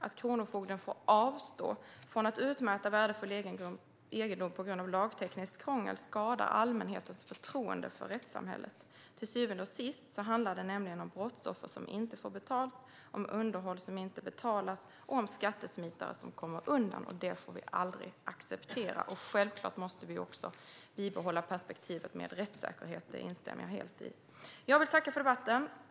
Att Kronofogden får avstå från att utmäta värdefull egendom på grund av lagtekniskt krångel skadar allmänhetens förtroende för rättssamhället. Till syvende och sist handlar det nämligen om brottsoffer som inte får betalt, om underhåll som inte betalas och om skattesmitare som kommer undan. Det får vi aldrig acceptera. Självklart måste vi också bibehålla rättssäkerhetsperspektivet; det instämmer jag helt i. Jag vill tacka för debatten.